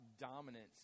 dominance